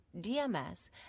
DMS